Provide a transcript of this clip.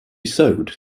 sewed